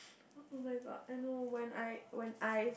oh-my-god I know when I when I